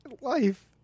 life